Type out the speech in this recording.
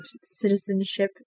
citizenship